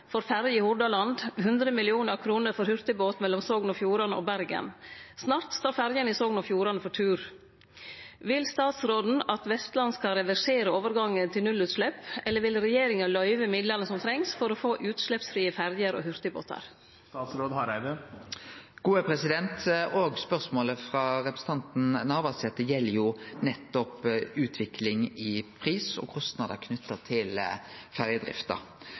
for hurtigbåt mellom Sogn og Fjordane og Bergen. Snart står ferjene i Sogn og Fjordane for tur. Vil statsråden at Vestland skal reversere overgangen til nullutslepp, eller vil regjeringa løyve midlane som trengs for å få utsleppsfrie ferjer og hurtigbåtar?» Òg spørsmålet frå representanten Navarsete gjeld nettopp utvikling i pris og kostnader knytte til ferjedrifta.